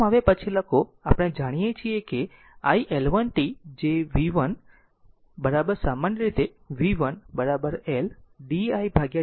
આમ હવે પછી લખો આપણે જાણીએ છીએ કે iL1 t જે vt સામાન્ય રીતે vt L d id t